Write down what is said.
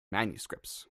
manuscripts